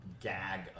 gag